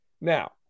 Now